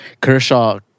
Kershaw